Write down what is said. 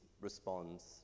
responds